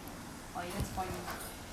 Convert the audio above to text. but you need to bring me there lah